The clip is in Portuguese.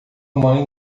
mãe